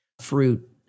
fruit